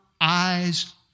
eyes